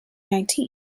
nineteen